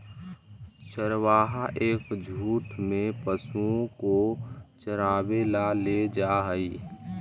चरवाहा एक झुंड में पशुओं को चरावे ला ले जा हई